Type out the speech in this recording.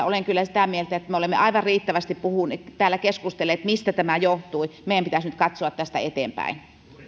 olen kyllä sitä mieltä että me olemme aivan riittävästi täällä keskustelleet siitä mistä tämä johtui meidän pitäisi nyt katsoa tästä eteenpäin sitten